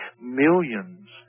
millions